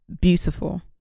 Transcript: beautiful